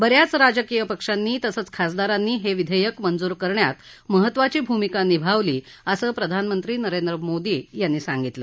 बऱ्याच राजकीय पक्षांनी तसंच खासदारांनी हाविध्यक्र मंजूर करण्यात महत्त्वाची भूमिका निभावली असं प्रधानमंत्री नरेंद्र मोदी यांनी सांगितलं